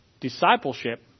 discipleship